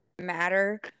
Matter